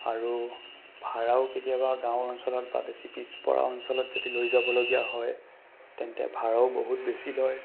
আৰু ভাড়াও কেতিয়াবা গাঁও অঞ্চলত বা বেছি পিছপৰা অঞ্চলত যদি লৈ যাবলগীয়া হয় তেন্তে ভাড়াও বহুত বেছি লয়